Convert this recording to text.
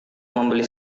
membeli